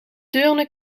deurne